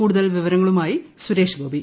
കൂടുതൽ വിവരങ്ങളുമായി സുരേഷ് ഗോപി